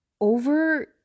over